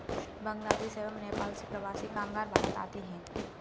बांग्लादेश एवं नेपाल से प्रवासी कामगार भारत आते हैं